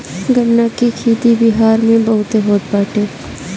गन्ना के खेती बिहार में बहुते होत बाटे